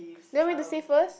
then you want me to say first